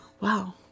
wow